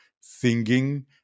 singing